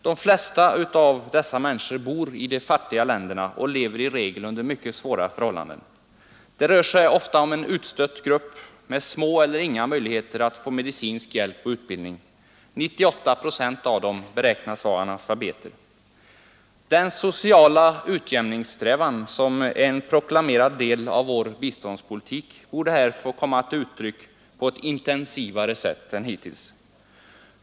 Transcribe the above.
De flesta av dem bor i de fattiga länderna och lever i regel under mycket svåra förhållanden. Ofta rör det sig om en utstött grupp med små eller inga möjligheter att få utbildning eller medicinsk hjälp, och 98 procent av dem beräknas vara analfabeter. Den strävan till social utjämning som är en proklamerad del av vår biståndspolitik borde här komma till uttryck på ett mera intensivt sätt än hittills.